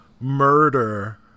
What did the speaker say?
murder